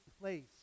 place